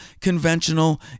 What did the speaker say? conventional